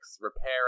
repair